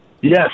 Yes